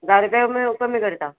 धा रुपया म्हळें कमी करता